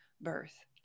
birth